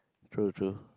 true true